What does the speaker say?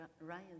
Ryan